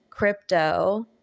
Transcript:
crypto